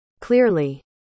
clearly